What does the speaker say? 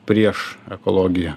prieš ekologiją